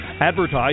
Advertise